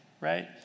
right